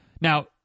Now